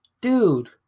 dude